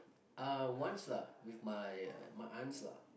uh once lah with my uh my aunts lah